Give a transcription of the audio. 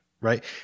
right